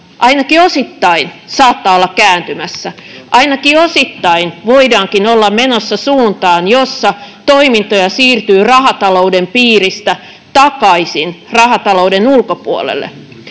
ainakin osittain, saattaa olla kääntymässä. Ainakin osittain voidaankin olla menossa suuntaan, jossa toimintoja siirtyy rahatalouden piiristä takaisin rahatalouden ulkopuolelle.